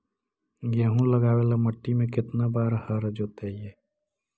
गेहूं लगावेल मट्टी में केतना बार हर जोतिइयै?